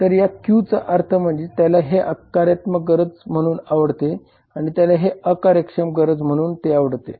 तर या Q चा अर्थ म्हणजे त्याला हे कार्यात्मक गरज म्हणून आवडते आणि त्याला हे अकार्यक्षम गरज म्हणूनही ते आवडते